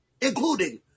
including